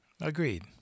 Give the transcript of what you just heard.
Agreed